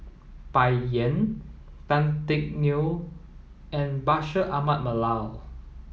Bai Yan Tan Teck Neo and Bashir Ahmad Mallal